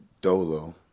Dolo